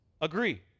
agree